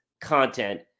content